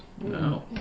No